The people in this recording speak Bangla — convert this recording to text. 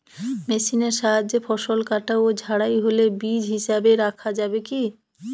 মেশিনের সাহায্যে ফসল কাটা ও ঝাড়াই হলে বীজ হিসাবে রাখা যাবে কি?